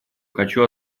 хочу